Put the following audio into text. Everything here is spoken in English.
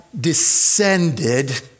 descended